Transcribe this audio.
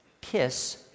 Kiss